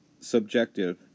subjective